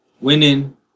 winning